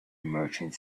merchant